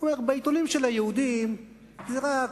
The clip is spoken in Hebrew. והוא אמר: בעיתונים של היהודים זה רק